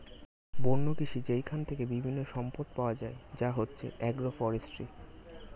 বন্য কৃষি যেইখান থেকে বিভিন্ন সম্পদ পাওয়া যায় যা হচ্ছে এগ্রো ফরেষ্ট্রী